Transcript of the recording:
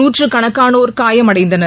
நூற்றுக்கணக்கானோர் காயமடைந்தனர்